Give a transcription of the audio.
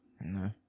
No